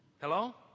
Hello